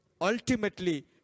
ultimately